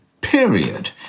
period